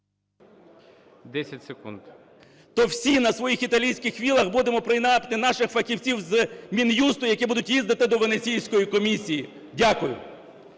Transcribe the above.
М.Л. То всі на своїх італійських вілах будемо … наших фахівців з Мін'юсту, які будуть їздити до Венеціанської комісії. Дякую.